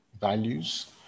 values